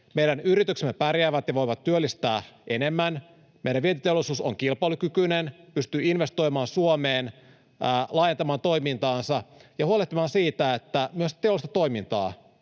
meidän yrityksemme pärjäävät ja voivat työllistää enemmän, meidän vientiteollisuus on kilpailukykyinen, pystyy investoimaan Suomeen, laajentamaan toimintaansa ja huolehtimaan siitä, että myös teollista toimintaa